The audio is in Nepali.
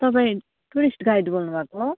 तपाईँ टुरिस्ट गाइड बोल्नु भएको हो